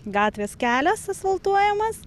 gatvės kelias asfaltuojamas